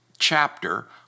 chapter